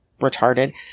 Retarded